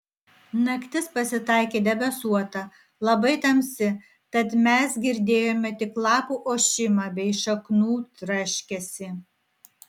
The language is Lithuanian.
naktis pasitaikė debesuota labai tamsi tad mes girdėjome tik lapų ošimą bei šaknų traškesį